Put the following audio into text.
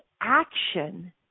action